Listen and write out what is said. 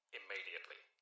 immediately